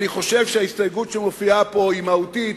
אני חושב שההסתייגות שמופיעה פה היא מהותית,